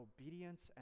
obedience